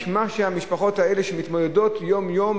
מה שהמשפחות האלה מתמודדות עמו יום-יום,